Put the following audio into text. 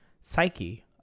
psyche